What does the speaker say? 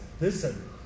Listen